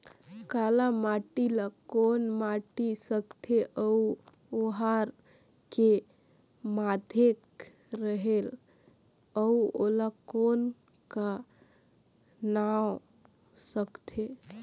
काला माटी ला कौन माटी सकथे अउ ओहार के माधेक रेहेल अउ ओला कौन का नाव सकथे?